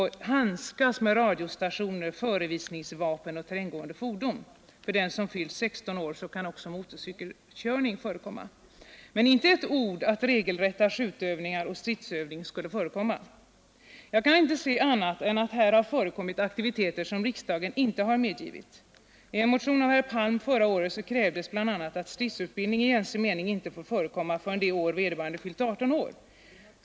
Du kan t.ex. få handskas med radiostationer, förevisningsvapen och terränggående fordon, För den som fyllt 16 år kan också motorcykelkörning förekomma.” Men inte ett ord om att regelrätta skjutövningar och stridsövning skulle förekomma! Jag kan inte se annat än att här har förekommit aktiviteter som riksdagen inte medgivit. I en motion av herr Palm förra året krävdes bl.a. att stridsutbildning i gängse mening inte får förekomma förrän det år vederbörande fyllt 18.